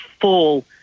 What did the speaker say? full